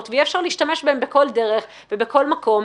ויהיה אפשר להשתמש בהן בכל דרך ובכל מקום,